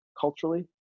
culturally